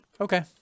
Okay